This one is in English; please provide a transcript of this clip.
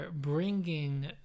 bringing